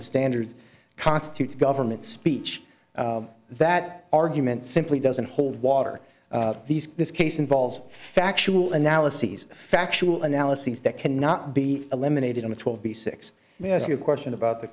the standard constitutes government speech that argument simply doesn't hold water these this case involves factual analyses factual analyses that cannot be eliminated and it will be six may ask a question about the